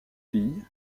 filles